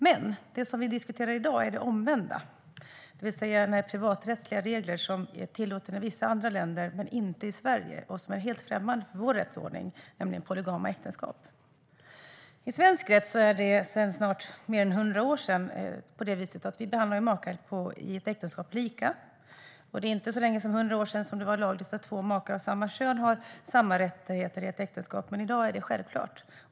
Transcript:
Men det vi diskuterar i dag är det omvända: en privaträttslig regel som är tillåten i vissa andra länder men inte i Sverige och som är helt främmande för vår rättsordning, nämligen polygama äktenskap. I svensk rätt behandlar vi sedan mer än hundra år makar i ett äktenskap lika. Lika länge har inte två makar av samma kön haft samma rättigheter, men i dag är det självklart.